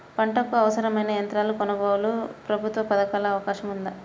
పంటకు అవసరమైన యంత్రాల కొనగోలుకు ప్రభుత్వ పథకాలలో అవకాశం ఉందా?